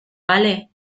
vale